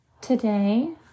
Today